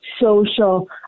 social